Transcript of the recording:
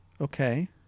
Okay